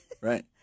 Right